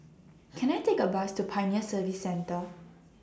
Can I Take A Bus to Pioneer Service Centre